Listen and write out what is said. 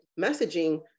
messaging